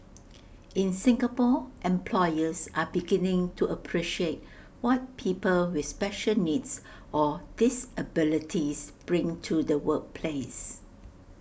in Singapore employers are beginning to appreciate what people with special needs or disabilities bring to the workplace